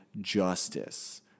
justice